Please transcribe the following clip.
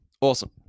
Awesome